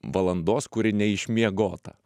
valandos kur neišmiegota